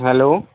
hello